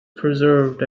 preserved